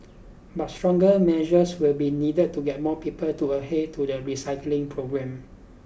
but stronger measures will be needed to get more people to adhere to the recycling program